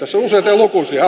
älkää nyt